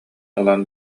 ылан